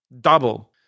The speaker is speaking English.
Double